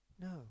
No